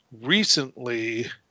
recently